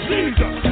Jesus